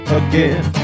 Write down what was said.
again